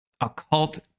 occult